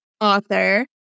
author